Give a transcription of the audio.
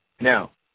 Now